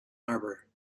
arbor